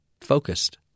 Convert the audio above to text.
focused